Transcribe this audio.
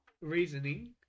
reasoning